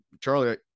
Charlie